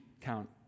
count